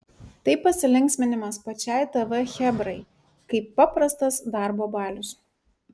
tai pasilinksminimas pačiai tv chebrai kaip paprastas darbo balius